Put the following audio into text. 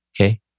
Okay